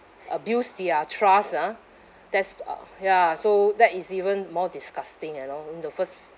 abuse their trust ah that's uh ya so that is even more disgusting you know the first